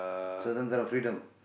சுதந்திரம்:suthandthiram freedom